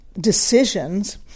decisions